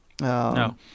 No